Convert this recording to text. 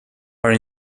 are